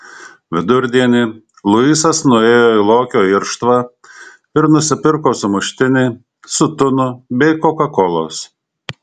vidurdienį luisas nuėjo į lokio irštvą ir nusipirko sumuštinį su tunu bei kokakolos